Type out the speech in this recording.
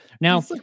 now